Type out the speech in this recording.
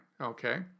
Okay